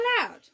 allowed